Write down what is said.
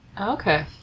okay